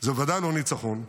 זה ודאי לא ניצחון,